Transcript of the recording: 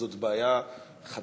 זאת בעיה חדשה?